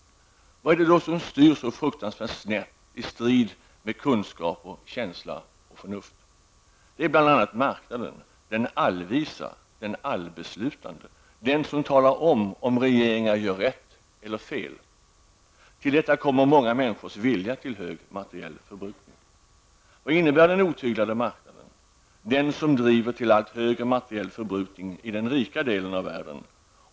Vad är det då som styr så fruktansvärt snett i strid mot kunskaper, känsla och förnuft? Det är bl.a. den allvisa och allbeslutande marknaden, som talar om när regeringar gör rätt eller fel. Till detta kommer många människors vilja till hög materiell förbrukning. Vad innebär den otyglade marknaden, som driver till allt högre materiell förbrukning i den rika delen av världen?